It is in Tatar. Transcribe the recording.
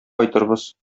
кайтырбыз